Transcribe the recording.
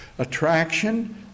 Attraction